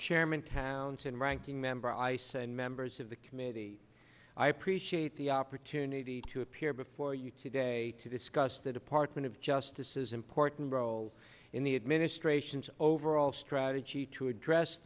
chairman counting ranking member ice and members of the committee i appreciate the opportunity to appear before you today to discuss the department of justice is important role in the administration's overall strategy to address